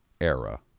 era